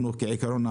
בעיקרון,